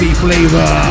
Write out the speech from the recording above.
flavor